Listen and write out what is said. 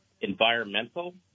environmental